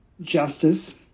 justice